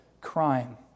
crime